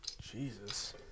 Jesus